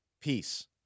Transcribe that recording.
peace